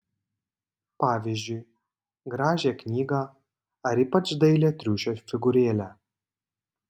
pavyzdžiui gražią knygą ar ypač dailią triušio figūrėlę